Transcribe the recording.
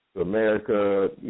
America